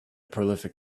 prolific